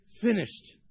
finished